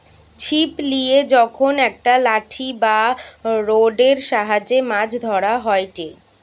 ছিপ লিয়ে যখন একটা লাঠি বা রোডের সাহায্যে মাছ ধরা হয়টে